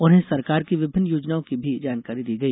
उन्हें सरकार की विभिन्न योजनाओं की भी जानकारी दी गई